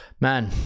Man